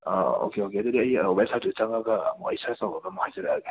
okay okay ꯑꯗꯨꯗꯤ ꯑꯩ ꯋꯦꯕꯁꯥꯏꯠꯇꯨꯗ ꯆꯪꯉꯒ ꯑꯃꯨꯛ ꯑꯩ ꯁꯔꯁ ꯇꯧꯔꯒ ꯑꯃꯨꯛ ꯍꯥꯏꯖꯔꯛꯑꯒꯦ